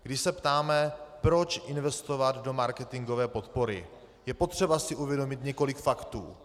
Když se ptáme, proč investovat do marketingové podpory, je potřeba si uvědomit několik faktů.